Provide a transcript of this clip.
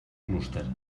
clúster